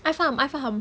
I faham I faham